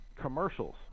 Commercials